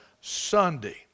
Sunday